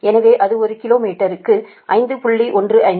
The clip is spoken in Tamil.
எனவே அது ஒரு கிலோ மீட்டருக்கு 5